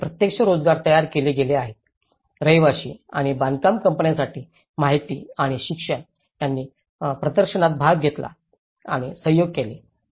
आणि अप्रत्यक्ष रोजगार तयार केले गेले आहेत रहिवासी आणि बांधकाम कंपन्यांसाठी माहिती आणि शिक्षण ज्यांनी प्रदर्शनात भाग घेतला आणि सहयोग केले